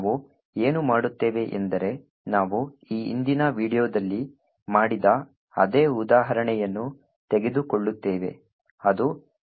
ನಾವು ಏನು ಮಾಡುತ್ತೇವೆ ಎಂದರೆ ನಾವು ಈ ಹಿಂದಿನ ವೀಡಿಯೊದಲ್ಲಿ ಮಾಡಿದ ಅದೇ ಉದಾಹರಣೆಯನ್ನು ತೆಗೆದುಕೊಳ್ಳುತ್ತೇವೆ ಅದು testcode